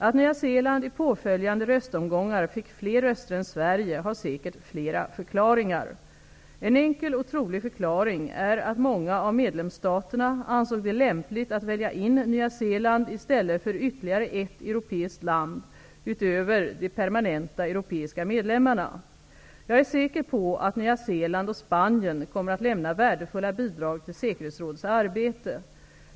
Att Nya Zeeland i påföljande röstomgångar fick fler röster än Sverige har säkert flera förklaringar. En enkel och trolig förklaring är att många av medlemsstaterna ansåg det lämpligt att välja in Nya Zeeland i stället för ytterligare ett europeiskt land utöver de permanenta europeiska medlemmarna. Jag är säker på att Nya Zeeland och Spanien kommer att lämna värdefulla bidrag till säkerhetsrådets arbete.